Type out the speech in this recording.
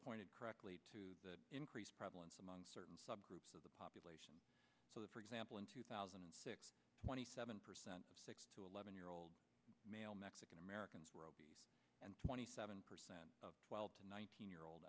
out correctly to increase prevalence among certain subgroups of the population so the for example in two thousand and six twenty seven percent six to eleven year old male mexican americans were obese and twenty seven percent of twelve to nineteen year old